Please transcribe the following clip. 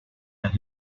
las